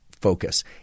focus